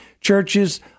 churches